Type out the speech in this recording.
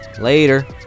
later